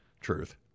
Truth